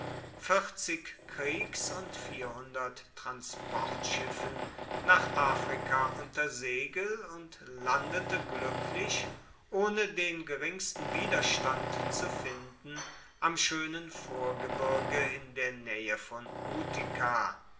kriegs und transportschiffen nach afrika unter segel und landete gluecklich ohne den geringsten widerstand zu finden am schoenen vorgebirge in der naehe von utica